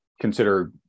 consider